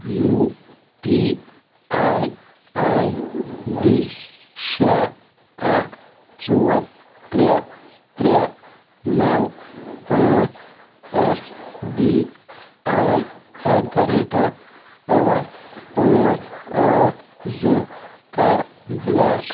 U P I I D شےٚ اکھ ژور ترٛےٚ ترٛےٚ نَو پانٛژھ S B I at the rate of ٲٹھ پانٛژھ ٲٹھ زٟ کَر بلاک